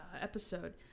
episode